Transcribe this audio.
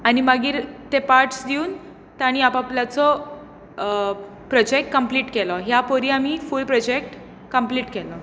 आनी मागीर ते पार्ट्स दिवन तांणी आपआपल्याचो प्रोजेक्ट कंम्प्लीट केलो ह्या परी आमी फूल प्रोजेक्ट कंम्प्लीट केलो